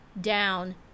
down